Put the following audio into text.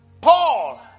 Paul